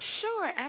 Sure